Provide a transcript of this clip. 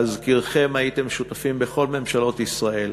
להזכירכם, הייתם שותפים בכל ממשלות ישראל,